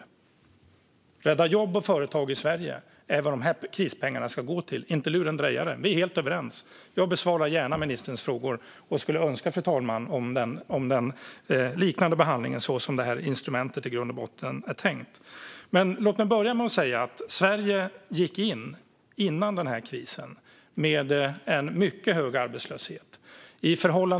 Att rädda jobb och företag i Sverige är vad de här krispengarna ska gå till, inte till lurendrejare. Vi är helt överens om det. Jag besvarar gärna ministerns frågor och skulle önska, fru talman, en liknande behandling, så som det här instrumentet i grund och botten är tänkt. Låt mig börja med att säga att Sverige före krisen hade en mycket hög arbetslöshet.